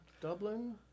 Dublin